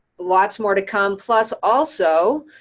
lots more to come plus also,